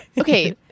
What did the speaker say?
Okay